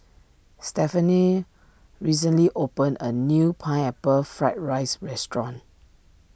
Stephaine recently opened a new Pineapple Fried Rice restaurant